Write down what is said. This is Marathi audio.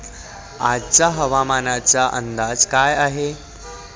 आजचा हवामानाचा अंदाज काय आहे?